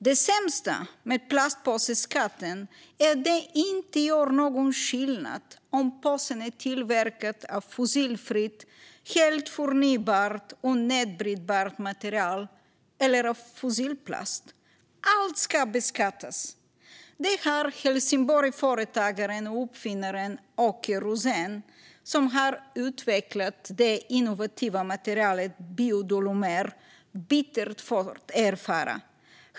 Det sämsta med plastpåseskatten är att det inte gör någon skillnad om påsen är tillverkad av fossilfritt, helt förnybart och nedbrytbart material eller av fossilplast. Allt ska beskattas. Det har Helsingborgföretagaren och uppfinnaren Åke Rosén, som har utvecklat det innovativa materialet biodolomer, bittert fått erfara.